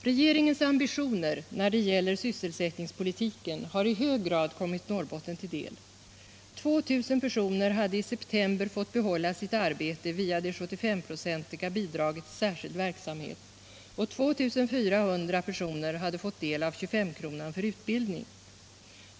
Regeringens ambitioner när det gäller sysselsättningspolitiken har i hög grad kommit Norrbotten till del. 2000 personer hade i september fått behålla sitt arbete via det 75-procentiga bidraget till särskild verksamhet och 2400 personer hade fått del av 25-kronan för utbildning.